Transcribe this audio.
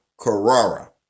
Carrara